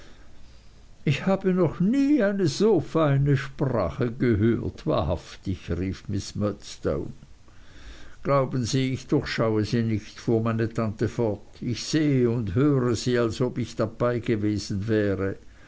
ich habe noch nie eine so feine sprache gehört wahrhaftig rief miß murdstone glauben sie ich durchschaue sie nicht fuhr meine tante fort ich sehe und höre sie als ob ich dabei gewesen wäre